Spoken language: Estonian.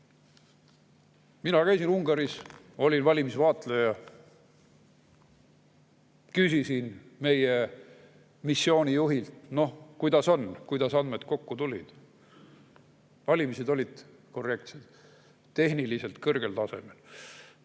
Mina käisin Ungaris, olin valimisvaatleja. Küsisin meie missioonijuhilt, kuidas on, kuidas andmed kokku tulid. Valimised olid korrektsed, tehniliselt kõrgel tasemel.